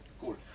Cool